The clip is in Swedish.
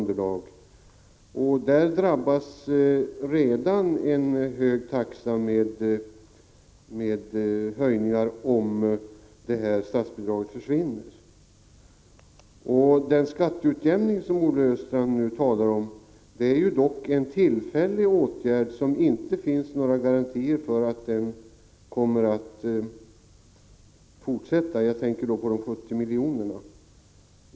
Där drabbas en redan hög taxa av ytterligare höjningar om statsbidraget försvinner. Den skatteutjämning som Olle Östrand nu talar om är dock en tillfällig åtgärd, och det finns inte några garantier för att ersättningen kommer att fortsätta att utgå — jag tänker då på de 70 miljonerna.